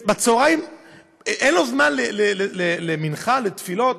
בצהריים, אין לו זמן למנחה, לתפילות.